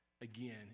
again